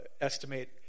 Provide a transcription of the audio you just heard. estimate